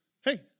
Hey